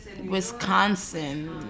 wisconsin